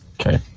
okay